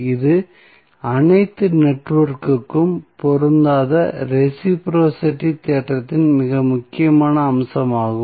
இது அனைத்து நெட்வொர்க்குக்கும் பொருந்தாத ரெஸிபிரோஸிட்டி தேற்றத்தின் மிக முக்கியமான அம்சமாகும்